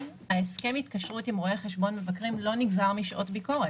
הסכם ההתקשרות עם רואה חשבון לא נגזר משעות ביקורת.